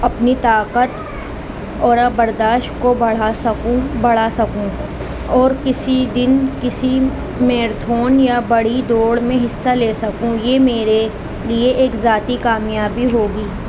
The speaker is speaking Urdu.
اپنی طاقت اور برداشت کو بڑھا سکوں بڑھا سکوں اور کسی دن کسی میراتھون یا بڑی دوڑ میں حصہ لے سکوں یہ میرے لیے ایک ذاتی کامیابی ہوگی